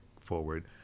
forward